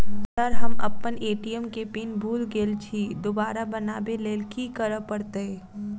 Sir हम अप्पन ATM केँ पिन भूल गेल छी दोबारा बनाबै लेल की करऽ परतै?